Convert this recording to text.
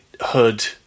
hood